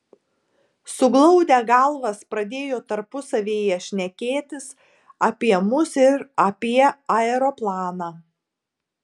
suglaudę galvas pradėjo tarpusavyje šnekėtis apie mus ir apie aeroplaną